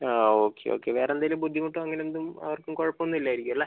ആ okay okay വേറെ എന്തെങ്കിലും ബുദ്ധിമുട്ടോ അങ്ങനെ എന്തും ആർക്കും കുഴപ്പമൊന്നും ഇല്ലായിരിക്കും അല്ലേ